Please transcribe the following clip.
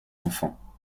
enfants